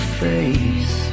face